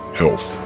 health